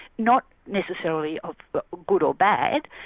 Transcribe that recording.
not necessarily ah but good or bad,